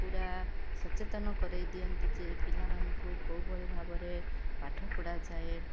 ପୁରା ସଚେତନ କରେଇ ଦିଅନ୍ତି ଯେ ପିଲାମାନଙ୍କୁ କେଉଁ ଭଳି ଭାବରେ ପାଠପଢ଼ା ଯାଏ